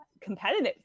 competitive